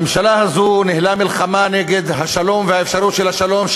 הממשלה הזאת ניהלה מלחמה נגד השלום והאפשרות של השלום,